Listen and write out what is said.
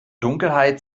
dunkelheit